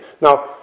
Now